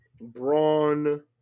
Braun